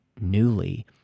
newly